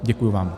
Děkuji vám.